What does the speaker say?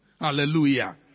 Hallelujah